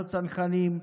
סיירת הצנחנים,